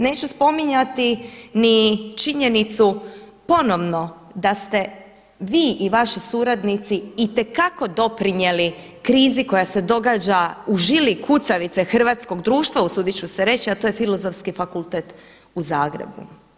Neću spominjati ni činjenicu ponovno da ste vi i vaši suradnici itekako doprinijeli krizi koja se događa u žili kucavice hrvatskog društva usudit ću se reći, a to je Filozofski fakultet u Zagrebu.